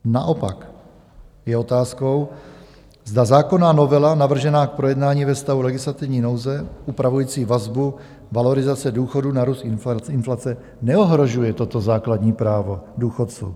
Naopak je otázkou, zda zákonná novela navržená k projednání ve stavu legislativní nouze upravující vazbu valorizace důchodů na růst inflace neohrožuje toto základní právo důchodců.